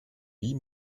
wie